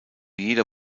jeder